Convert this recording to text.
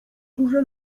duże